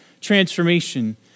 transformation